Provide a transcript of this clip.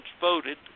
voted